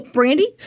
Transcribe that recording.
Brandy